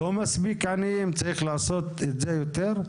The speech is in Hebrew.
לא מספיק הם עניים, צריך לעשות את זה יותר?